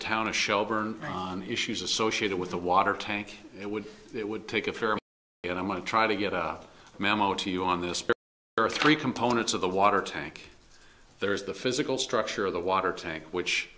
town of shelburne on issues associated with the water tank it would it would take a fair and i'm going to try to get a memo to you on this earth three components of the water tank there is the physical structure of the water tank which